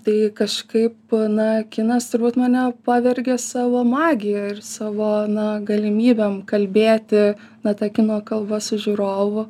tai kažkaip na kinas turbūt mane pavergė savo magija ir savo na galimybėm kalbėti na ta kino kalba su žiūrovu